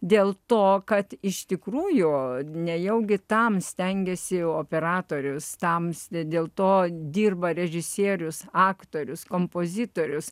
dėl to kad iš tikrųjų nejaugi tam stengiasi operatorius tam dėl to dirba režisierius aktorius kompozitorius